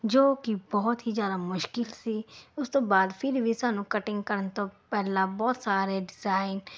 ਜੋ ਕਿ ਬਹੁਤ ਹੀ ਜ਼ਿਆਦਾ ਮੁਸ਼ਕਿਲ ਸੀ ਉਸ ਤੋਂ ਬਾਅਦ ਫਿਰ ਵੀ ਸਾਨੂੰ ਕਟਿੰਗ ਕਰਨ ਤੋਂ ਪਹਿਲਾਂ ਬਹੁਤ ਸਾਰੇ ਡਿਜਾਇਨ